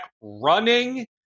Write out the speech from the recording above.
running